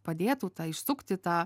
padėtų tą išsukti tą